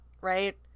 right